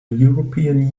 european